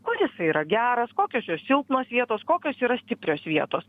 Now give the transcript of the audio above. kur jisai yra geras kokios jo silpnos vietos kokios yra stiprios vietos